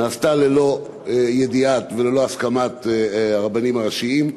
נתקבלה ללא ידיעת והסכמת הרבנים הראשיים.